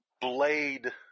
blade